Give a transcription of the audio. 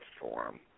form